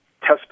test